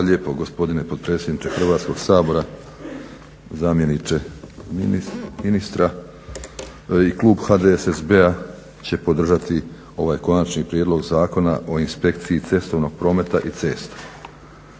lijepo gospodine potpredsjedniče Hrvatskog sabora. Zamjeniče ministra. I klub HDSSB-a će podržati ovaj Konačni prijedlog zakona o inspekciji cestovnog prometa i cesta.